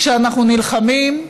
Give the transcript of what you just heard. כשאנחנו נלחמים,